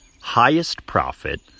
highest-profit